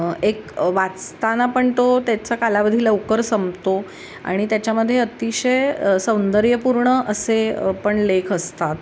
एक अ वाचताना पण तो त्याचा कालावधी लवकर संपतो आणि त्याच्यामध्ये अतिशय सौंदर्यपूर्ण असे अ पण लेख असतात